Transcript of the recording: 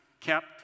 kept